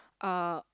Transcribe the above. uh